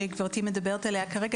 שעליה גברתי מדברת כרגע,